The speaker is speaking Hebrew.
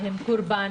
קורבן,